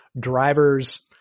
drivers